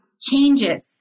changes